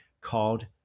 called